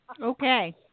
Okay